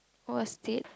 who was it